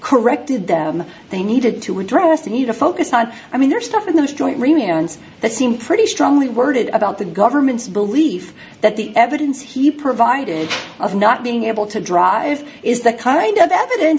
corrected them they needed to address the need to focus on i mean there's stuff in those joint remains that seem pretty strongly worded about the government's belief that the evidence he provided of not being able to drive is the kind of evidence